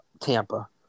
Tampa